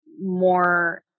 more